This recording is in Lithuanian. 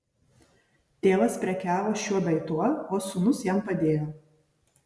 tėvas prekiavo šiuo bei tuo o sūnus jam padėjo